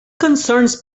concerns